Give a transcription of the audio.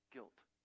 guilt